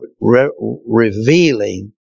revealing